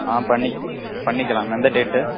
ஆ பண்ணி பண்ணிக்கலாம் எந்த டேட்டு